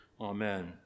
Amen